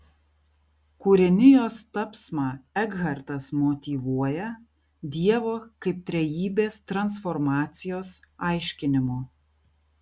kūrinijos tapsmą ekhartas motyvuoja dievo kaip trejybės transformacijos aiškinimu